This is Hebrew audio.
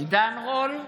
עידן רול,